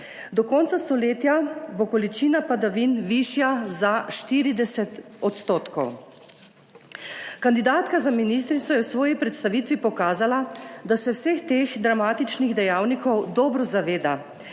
Do konca stoletja bo količina padavin višja za 40 %. Kandidatka za ministrico je v svoji predstavitvi pokazala, da se vseh teh dramatičnih dejavnikov dobro zaveda